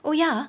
oh ya ah